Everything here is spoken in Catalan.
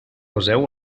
poseu